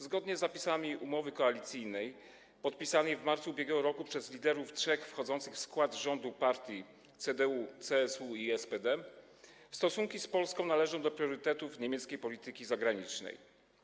Zgodnie z zapisami umowy koalicyjnej podpisanej w marcu ub.r. przez liderów trzech wchodzących w skład rządu partii: CDU, CSU i SPD stosunki z Polską należą do priorytetów niemieckiej polityki zagranicznej.